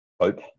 Hope